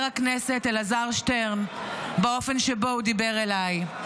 הכנסת אלעזר שטרן באופן שבו הוא דיבר אליי.